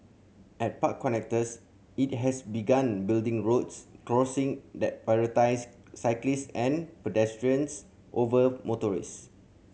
at park connectors it has begun building roads crossing that prioritise cyclist and pedestrians over motorist